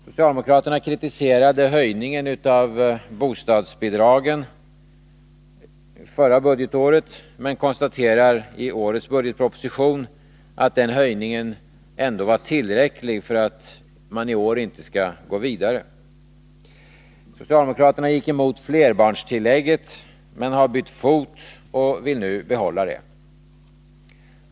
Socialdemokraterna kritiserade höjningen av bostadsbidragen förra budgetåret men konstaterar i årets budgetproposition att den höjningen ändå var tillräckligt kraftig för att man i år inte skall behöva gå vidare. Ni gick emot flerbarnstillägget, men har bytt fot och vill nu behålla det.